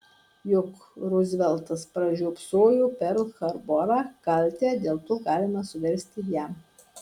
juk ruzveltas pražiopsojo perl harborą kaltę dėl to galima suversti jam